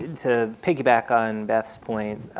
to piggyback on beth's point